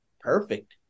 perfect